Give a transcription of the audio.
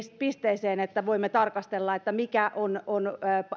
pisteeseen että voimme tarkastella mikä on on